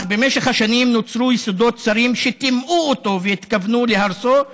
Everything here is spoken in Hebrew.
אך במשך השנים נוצרו יסודות צרים שטימאו אותו והתכוונו להרסו,